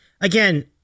again